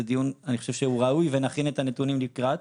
זה דיון שאני חושב שהוא ראוי ונכין את הנתונים לקראת.